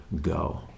go